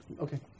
Okay